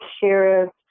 sheriff